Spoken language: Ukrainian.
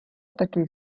такий